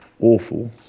awful